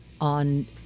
on